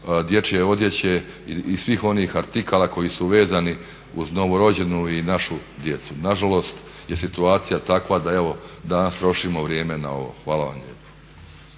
dječje odjeće i svih onih artikala koji su vezani uz novorođenu i našu djecu. Nažalost je situacija takva da evo danas trošimo vrijeme na ovo. Hvala vam lijepo.